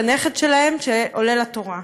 בנכד שלהן שעולה לתורה.